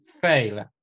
fail